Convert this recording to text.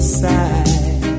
side